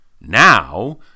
Now